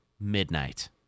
midnight